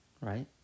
right